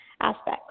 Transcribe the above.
aspects